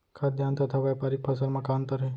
खाद्यान्न तथा व्यापारिक फसल मा का अंतर हे?